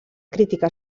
crítica